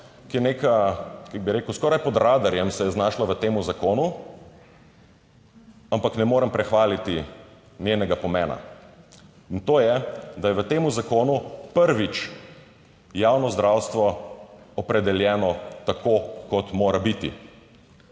ki je neka, kako bi rekel, skoraj pod radarjem, se je znašla v tem zakonu, ampak ne morem prehvaliti njenega pomena in to je, da je v tem zakonu prvič javno zdravstvo opredeljeno tako, kot mora biti.